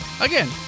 Again